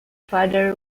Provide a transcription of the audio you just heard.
father